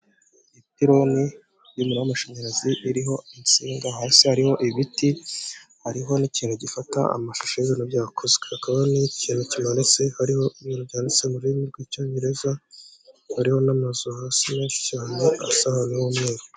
Ipironi ry'umuriro wa amashanyarazi riho insinga, hasi hariho ibiti, hariho n'ikintu gifata amashusho y'ibintu byakozwe hakaba n'ikintu kimanitse hariho ibintu byanditse mu rurimi rw'icyongereza, hariho n'amazu hasi menshi cyane asa umweruru.